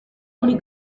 muri